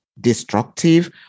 destructive